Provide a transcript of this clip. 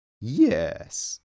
yes